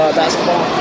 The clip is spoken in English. basketball